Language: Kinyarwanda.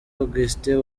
augustin